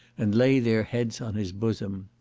and lay their heads on his bosom.